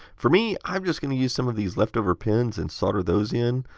for me, i'm just going to use some of these left over pins and solder those in.